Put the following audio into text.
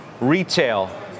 Retail